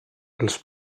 els